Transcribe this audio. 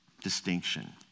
distinction